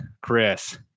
Chris